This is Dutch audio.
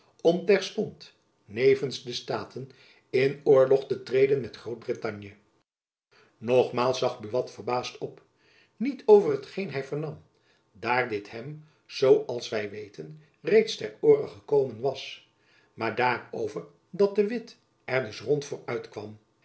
om terstond nevens de staten in oorlog te treden met groot-brittanje nogmaals zag buat verbaasd op niet over hetgeen hy vernam daar dit hem zoo als wy weten reeds ter oore gekomen was maar daarover dat de witt er dus rond voor uitkwam